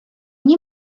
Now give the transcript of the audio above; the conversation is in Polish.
nie